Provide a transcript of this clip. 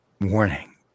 warning